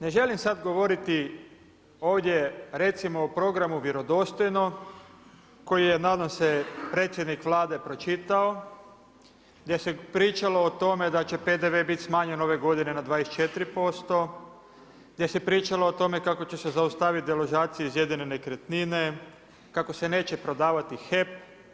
Ne želim sada govoriti ovdje recimo o programu „Vjerodostojno“ koji je nadam se predsjednik Vlade pročitao, gdje se pričalo o tome da će PDV biti smanjen ove godine na 24%, gdje se pričalo o tome kako će se zaustaviti deložacije iz jedine nekretnine, kako se neće prodavati HEP.